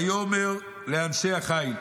ויאמר לאנשי החיל: